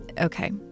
Okay